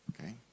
Okay